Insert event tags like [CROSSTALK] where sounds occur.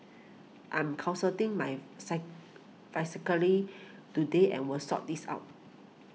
I'm consulting my [UNINTELLIGIBLE] today and will sort this out